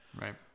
Right